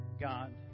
God